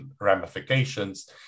ramifications